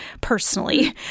personally